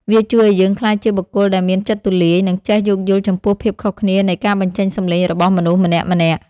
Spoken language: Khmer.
វាជួយឱ្យយើងក្លាយជាបុគ្គលដែលមានចិត្តទូលាយ និងចេះយោគយល់ចំពោះភាពខុសគ្នានៃការបញ្ចេញសម្លេងរបស់មនុស្សម្នាក់ៗ។